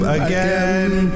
again